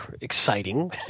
exciting